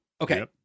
okay